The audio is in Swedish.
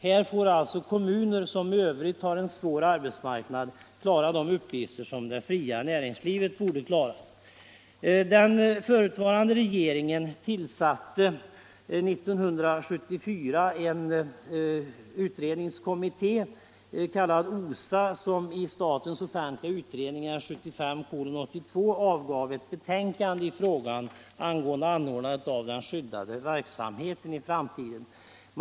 Här får alltså kommuner som i övrigt har en svår arbetsmarknad klara de uppgifter som det fria näringslivet borde klara.